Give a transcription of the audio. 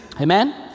Amen